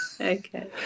okay